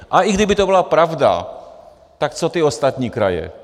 A i kdyby to byla pravda, tak co ty ostatní kraje?